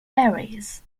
berries